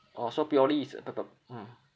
orh so purely is a p~ p~ mm